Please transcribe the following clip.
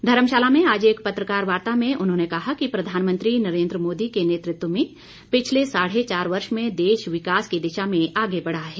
धर्मशाला में आज एक पत्रकार वार्ता में उन्होंने कहा कि प्रधानमंत्री नरेन्द्र मोदी के नेतृत्व में पिछले साढ़े चार वर्ष में देश विकास की दिशा में आगे बढ़ा है